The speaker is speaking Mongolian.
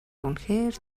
үнэхээр